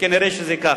כנראה זה כך.